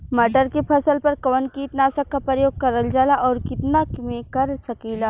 मटर के फसल पर कवन कीटनाशक क प्रयोग करल जाला और कितना में कर सकीला?